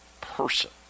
person